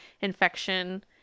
infection